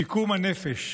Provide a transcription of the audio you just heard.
שיקום הנפש.